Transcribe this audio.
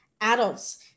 adults